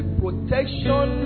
protection